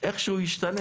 איך שהוא ישתנה.